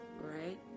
Right